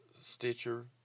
Stitcher